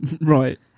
Right